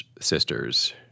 sisters